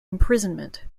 imprisonment